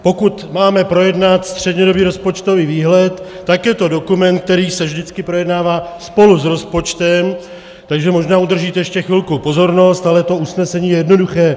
Pokud máme projednat střednědobý rozpočtový výhled, tak je to dokument, který se vždycky projednává spolu s rozpočtem, takže možná udržíte ještě chvilku pozornost, ale to usnesení je jednoduché.